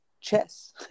chess